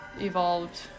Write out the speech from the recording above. evolved